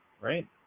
Right